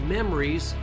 Memories